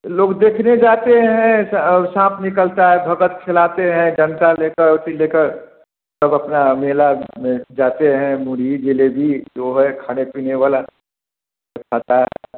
लोग देखने जाते है सा साँप निकलता है भगत खिलाते हैं डंडा लेकर अथी लेकर सब अपना मेला में जाते हैं मुड़ही जलेबी जो है खाने पीने वाला सब खाता है